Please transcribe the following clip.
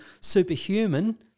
superhuman